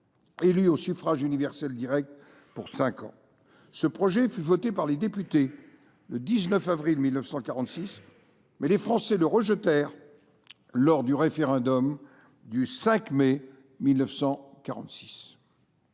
élue au suffrage universel direct pour cinq ans. Ce projet fut voté par les députés le 19 avril 1946, mais les Français le rejetèrent lors du référendum du 5 mai 1946.